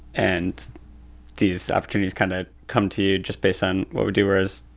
and these opportunities kind of come to you just based on what we do whereas,